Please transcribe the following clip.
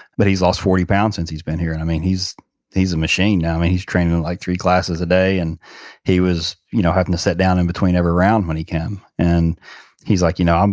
but he's lost forty pounds since he's been here. and i mean, he's he's a machine now. and he's training and like three classes a day. and he was you know having to sit down in between every round when he can. and he's like, you know, um